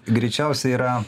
greičiausiai yra